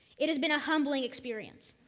it has been a humbling experience.